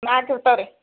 ಹಾಂ ಸಿಕ್ತವೆ ರೀ